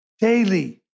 daily